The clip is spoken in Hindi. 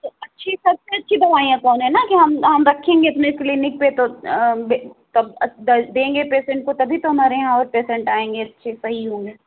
तो अच्छी सबसे अच्छी दवाइयाँ कौन है ना कि हम रखेगे अपने क्लिनिक पर तो दे तब अच् द देंगे पेशेंट को तभी तो हमारे यहाँ और पेशेंट आएंगे अच्छे सही होंगे